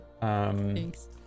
Thanks